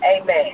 Amen